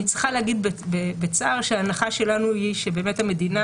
אני צריכה להגיד בצער שההנחה שלנו היא שבאמת המדינה